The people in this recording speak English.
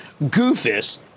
Goofus